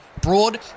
Broad